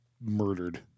murdered